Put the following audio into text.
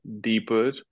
deeper